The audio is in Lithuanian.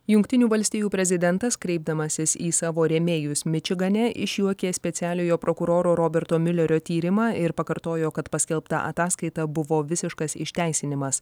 jungtinių valstijų prezidentas kreipdamasis į savo rėmėjus mičigane išjuokė specialiojo prokuroro roberto miulerio tyrimą ir pakartojo kad paskelbta ataskaita buvo visiškas išteisinimas